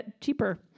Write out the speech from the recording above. cheaper